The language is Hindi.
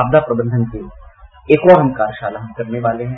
आपदा प्रबंधन के लिए एक और कार्यशाला हम करने वाले हैं